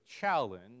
challenge